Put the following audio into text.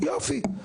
יופי.